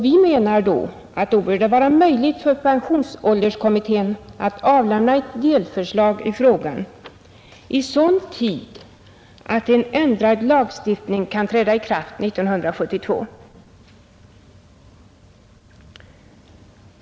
Vi anser att det då bör vara möjligt för pensionsålderskommittén att avlämna ett delförslag i frågan i så god tid att en ändrad lagstiftning kan träda i kraft år 1972.